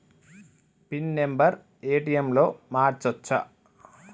Pin number ATM లో మార్చచ్చా?